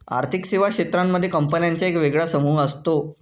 आर्थिक सेवा क्षेत्रांमध्ये कंपन्यांचा एक वेगळा समूह असतो